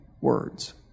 words